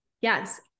Yes